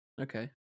Okay